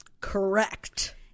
Correct